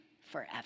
forever